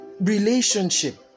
relationship